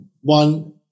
one